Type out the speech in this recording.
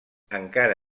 encara